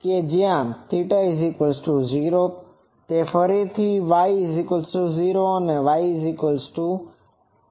તેથી ફરીથી X૦ અને Y0 છે